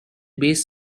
based